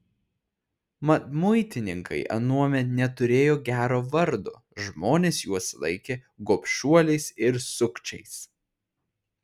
mat muitininkai anuomet neturėjo gero vardo žmonės juos laikė gobšuoliais ir sukčiais